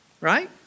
right